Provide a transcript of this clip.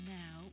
now